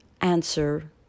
answer